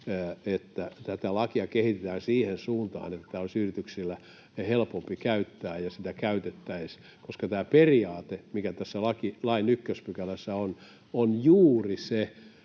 että tätä lakia kehitetään siihen suuntaan, että tätä olisi yritysten helpompi käyttää ja sitä käytettäisiin? Tämä periaate, mikä tässä lain ykköspykälässä on, on juuri se,